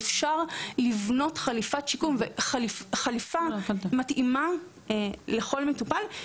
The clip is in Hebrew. לכן, אפשר לבנות חליפה מתאימה לכל מטופל.